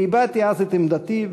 והבעתי אז את עמדתי,